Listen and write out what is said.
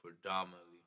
predominantly